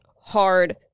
hard